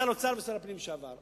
שר אוצר ושר הפנים לשעבר.